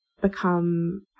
become